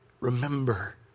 remember